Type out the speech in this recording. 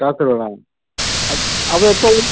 കാസർഗോഡ് ആണ് അത് എപ്പവും